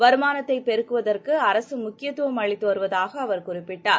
வருமானத்தைப் பெருக்குவதற்குஅரசுமுக்கியத்துவம் அளித்துவருவதாகஅவர் குறிப்பிட்டார்